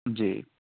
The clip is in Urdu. جی